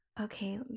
Okay